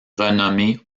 renommée